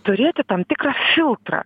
turėti tam tikrą filtrą